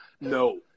No